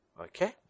okay